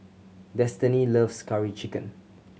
Destinee loves Curry Chicken